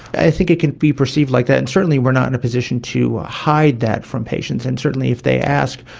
i think it can be perceived like that, and certainly we are not in a position to hide that from patients, and certainly if they ask,